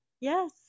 Yes